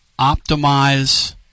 optimize